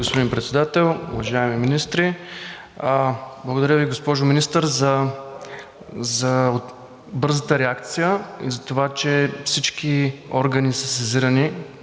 господин Председател. Уважаеми министри! Благодаря Ви, госпожо Министър, за бързата реакция и за това, че всички органи са сезирани